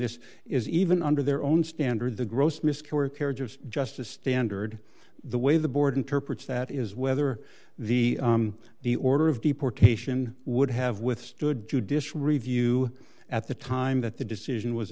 this is even under their own standard the gross miscarriage of justice standard the way the board interprets that is whether the the order of deportation would have withstood judicial review at the time that the decision was